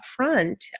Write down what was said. upfront